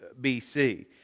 BC